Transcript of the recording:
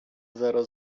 zero